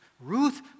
Ruth